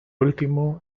último